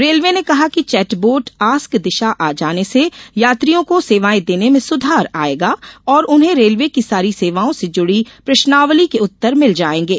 railway ने कहा कि चैटबोट आस्कदिशा आ जाने से यात्रियों को सेवाएं देने में सुधार आयेगा और उन्हें रेलवे की सारी सेवाओं से जुड़ी प्रश्नावली के उत्तर मिल जायेंगे